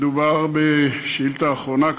מדובר בשאילתה אחרונה,